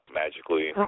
magically